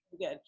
Good